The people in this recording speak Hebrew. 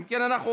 רגע, הוועדה.